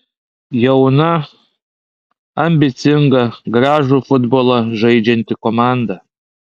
jauna ambicinga gražų futbolą žaidžianti komanda